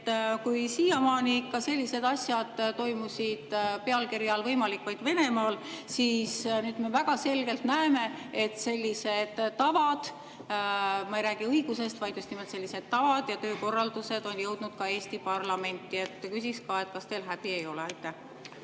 Kui siiamaani ikka sellised asjad toimusid pealkirja all "Võimalik vaid Venemaal", siis me väga selgelt näeme, et sellised tavad – ma ei räägi õigusest, vaid just nimelt sellistest tavadest ja töökorraldusest – on jõudnud ka Eesti parlamenti. Küsiks ka, kas teil häbi ei ole. Aitäh,